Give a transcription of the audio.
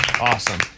Awesome